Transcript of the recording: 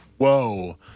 Whoa